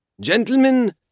Gentlemen